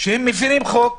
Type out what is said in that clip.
שהם מפירים חוק.